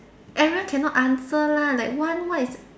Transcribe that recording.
everyone cannot answer lah like one what is